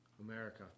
America